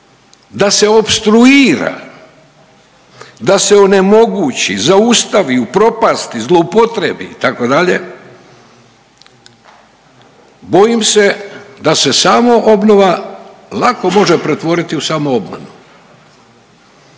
da se opstruira, da se onemogući, zaustavi, upropasti, zloupotrebi itd. bojim se da se samoobnova može pretvoriti u samoobmanu.